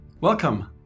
Welcome